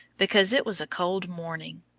because it was a cold morning.